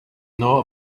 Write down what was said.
know